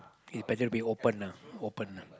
you'd better be open ah open ah